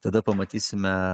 tada pamatysime